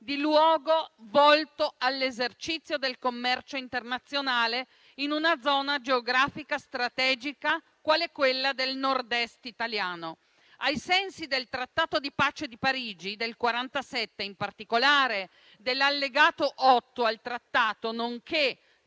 di luogo volto all'esercizio del commercio internazionale in una zona geografica strategica quale quella del nord-est italiano. Ai sensi del Trattato di pace di Parigi del 1947, in particolare dell'allegato 8 al Trattato, nonché